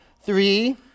Three